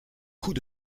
coups